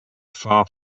far